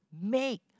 make